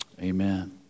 Amen